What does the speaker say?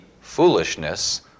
foolishness